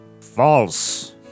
False